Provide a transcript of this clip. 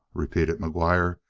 repeated mcguire.